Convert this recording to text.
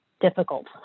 difficult